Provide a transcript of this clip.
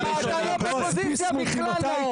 לא, למה אתה לא בפוזיציה בכלל.